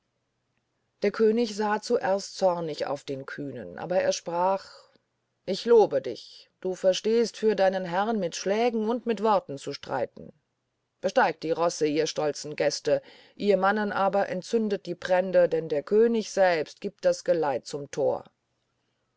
der könig sah zuerst zornig auf den kühnen aber er sprach ich lobe dich du verstehst für deinen herrn mit schlägen und mit worten zu streiten besteigt die rosse ihr stolzen gäste ihr mannen aber entzündet die brände denn der könig selbst gibt das geleit zum tor